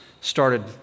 started